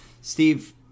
Steve